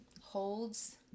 holds